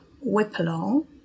whip-along